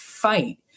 fight